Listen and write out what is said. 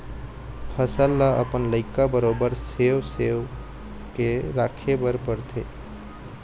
फसल ल अपन लइका बरोबर सेव सेव के राखे बर परथे